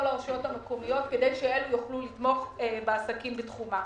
לרשויות המקומיות כדי שאלו יוכלו לתמוך בעסקים שבתחומן.